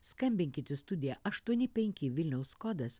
skambinkit į studiją aštuoni penki vilniaus kodas